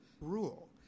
rule